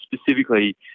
specifically